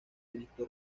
cristo